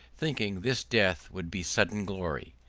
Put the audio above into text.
thinking this death would be sudden glory.